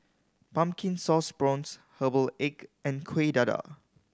Pumpkin Sauce Prawns herbal egg and Kueh Dadar